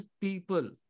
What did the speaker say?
people